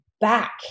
back